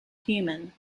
human